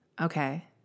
Okay